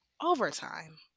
overtime